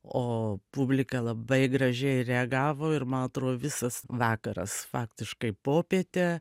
o publika labai gražiai reagavo ir man atrodo visas vakaras faktiškai popietė